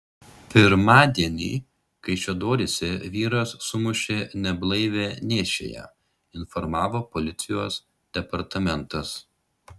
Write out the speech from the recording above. pirmadienį kaišiadoryse vyras sumušė neblaivią nėščiąją informavo policijos departamentas